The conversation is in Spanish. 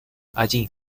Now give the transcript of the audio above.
allí